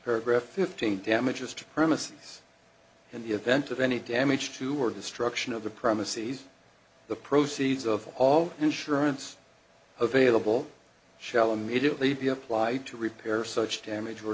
paragraph fifteen damages to premises and the event of any damage to or destruction of the premises the proceeds of all insurance available shall immediately be applied to repair such damage or